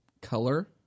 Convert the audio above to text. color